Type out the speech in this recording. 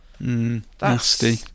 Nasty